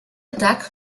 atac